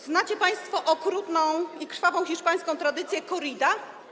Znacie państwo okrutną i krwawą hiszpańską tradycję - korridę?